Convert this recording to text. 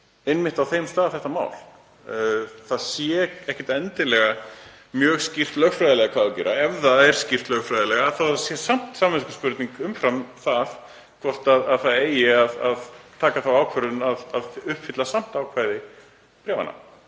einmitt á þeim stað, þetta mál, það sé ekkert endilega mjög skýrt lögfræðilega hvað á að gera, ef það er skýrt lögfræðilega þá sé samt samviskuspurning umfram það hvort það eigi að taka þá ákvörðun að uppfylla samt ákvæði bréfanna.